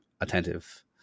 attentive